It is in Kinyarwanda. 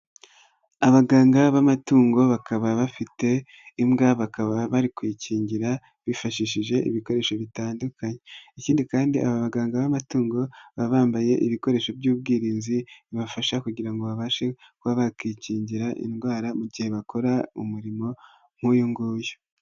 Abaganga b'amatungo bakaba bafite imbwa bakaba bari kwiyikingira bifashishije ibikoresho bitandukanye, ikindi kandi aba baganga b'amatungo baba bambaye ibikoresho by'ubwirinzi bibafasha kugira ngo babashe kuba bakikingira indwara mu gihe bakora umurimo nk'uyu nguyu.